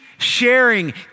sharing